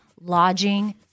lodging